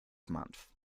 month